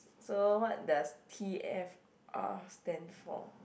so what does t_f_r stand for